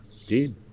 Indeed